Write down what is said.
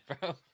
bro